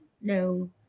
No